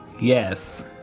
Yes